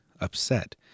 upset